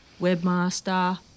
webmaster